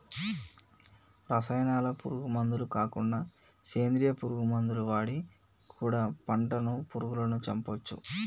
రసాయనాల పురుగు మందులు కాకుండా సేంద్రియ పురుగు మందులు వాడి కూడా పంటను పురుగులను చంపొచ్చు